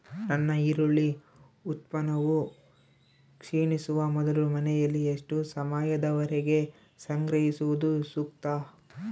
ನನ್ನ ಈರುಳ್ಳಿ ಉತ್ಪನ್ನವು ಕ್ಷೇಣಿಸುವ ಮೊದಲು ಮನೆಯಲ್ಲಿ ಎಷ್ಟು ಸಮಯದವರೆಗೆ ಸಂಗ್ರಹಿಸುವುದು ಸೂಕ್ತ?